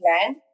plan